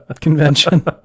convention